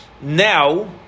now